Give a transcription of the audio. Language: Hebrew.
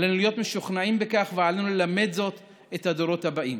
עלינו להיות משוכנעים בכך ועלינו ללמד זאת את הדורות הבאים.